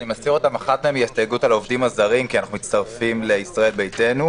כל מי שהוא בתפיסה ליברלית אמיתית,